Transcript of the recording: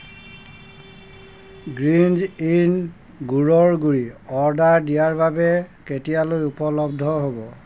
গ্ৰীণ্জ ইন গুড়ৰ গুড়ি অৰ্ডাৰ দিয়াৰ বাবে কেতিয়ালৈ উপলব্ধ হ'ব